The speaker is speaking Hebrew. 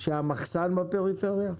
המחסן בפריפריה?